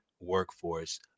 workforce